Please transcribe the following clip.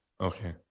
Okay